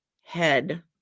head